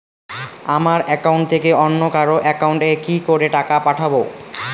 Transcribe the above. আমার একাউন্ট থেকে অন্য কারো একাউন্ট এ কি করে টাকা পাঠাবো?